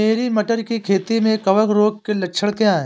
मेरी मटर की खेती में कवक रोग के लक्षण क्या हैं?